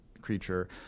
creature